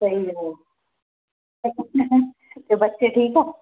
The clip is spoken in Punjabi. ਸਹੀ ਹੋ ਅਤੇ ਬੱਚੇ ਠੀਕ ਆ